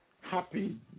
happy